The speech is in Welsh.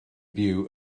byw